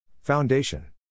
Foundation